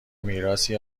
میراثی